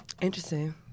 Interesting